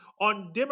on